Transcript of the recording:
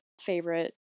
favorite